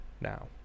now